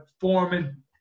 Foreman